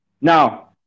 Now